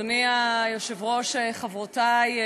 אדוני היושב-ראש, חברותי,